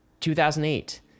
2008